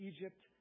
Egypt